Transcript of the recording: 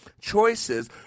choices